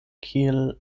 kiel